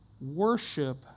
Worship